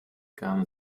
gaben